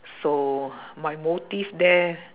so my motive there